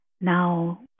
Now